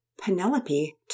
Penelope